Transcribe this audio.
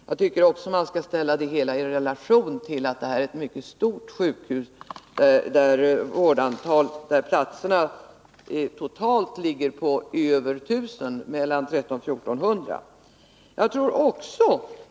Jag tycker att man skall ställa det i relation till att Akademiska sjukhuset är ett mycket stort sjukhus med mellan 1 300 och 1 400 vårdplatser totalt.